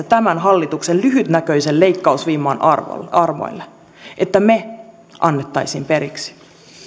tämän hallituksen lyhytnäköisen leikkausvimman armoille armoille että me antaisimme periksi